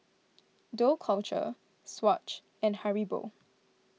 Dough Culture Swatch and Haribo